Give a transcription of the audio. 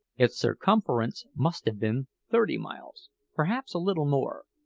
its circumference must have been thirty miles perhaps a little more,